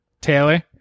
Taylor